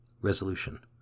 Resolution